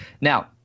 Now